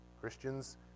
Christians